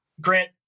grant